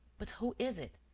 but who is it?